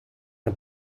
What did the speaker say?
una